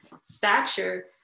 stature